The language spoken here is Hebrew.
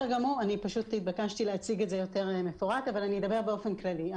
אני פשוט נתבקשתי להציג את זה יותר מפורט אבל אני אדבר באופן כללי.